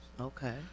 okay